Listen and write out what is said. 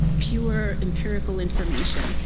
pure empirical information.